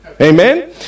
Amen